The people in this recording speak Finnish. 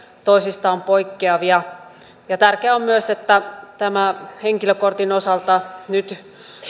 toisistaan poikkeavia ja tärkeää on myös että nämä henkilökortin osalta nyt